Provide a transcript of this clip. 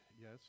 yes